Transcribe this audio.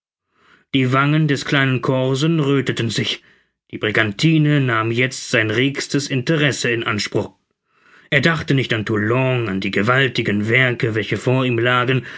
die wangen des kleinen corsen rötheten sich die brigantine nahm jetzt sein regstes interesse in anspruch er dachte nicht an toulon an die gewaltigen werke welche vor ihm lagen